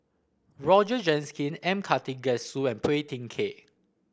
Roger Jenkin M Karthigesu and Phua Thin Kiay